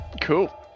Cool